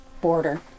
border